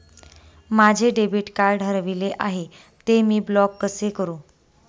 माझे debit card हरविले आहे, ते मी ब्लॉक कसे करु?